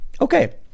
Okay